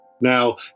Now